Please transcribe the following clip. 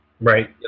Right